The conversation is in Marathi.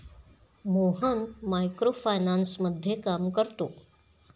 मोहन मायक्रो फायनान्समध्ये काम करतो